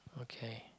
okay